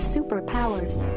Superpowers